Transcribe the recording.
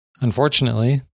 unfortunately